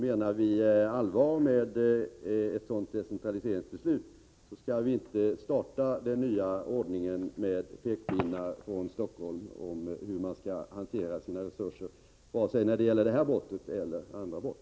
Menar vi allvar med ett sådant decentraliseringsbeslut, skall vi inte när vi inför den nya ordningen starta genom att komma med pekpinnar från Stockholm om hur man skall hantera sina resurser vare sig det gäller sådana här brott eller andra brott.